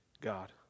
God